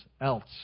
else